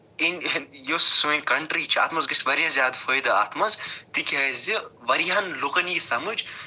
in یُس سٲنۍ country چھِ اَتھ منٛز گژھِ واریاہ زیادٕ فٲیدٕ اَتھ منٛز تِکیازِ واریاہَن لُکَن یی سَمجھ